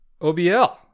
OBL